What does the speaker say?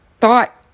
thought